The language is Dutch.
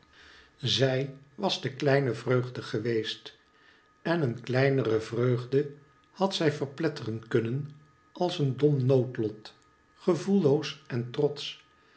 zij was de kleine vreugde geweest en een kleinere vreugde had zij verpletteren kunnen als een dom noodlot gevoelloos en trots